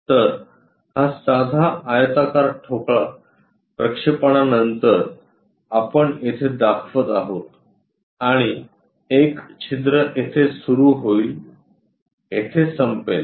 तर हा साधा आयताकार ठोकळा प्रक्षेपणानंतर आपण येथे दाखवत आहोत आणि एक छिद्र येथे सुरू होईल तेथे संपेल